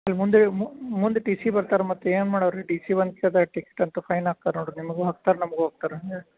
ಅಲ್ ಮುಂದೆ ಮುಂದ್ ಟಿಸಿ ಬರ್ತಾರ್ ಮತ್ ಏನ್ ಮಾಡೋರ್ ರೀ ಟಿಸಿ ಬಂದ್ ಟಿಕ್ಟ್ ಅಂತ ಫೈನ್ ಹಾಕ್ಕಾರ ನೋಡ್ರಿ ನಿಮ್ಗು ಹಾಕ್ತಾರೆ ನಮ್ಗು ಹಾಕ್ತಾರ ಹಾಂ